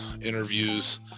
interviews